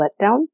letdown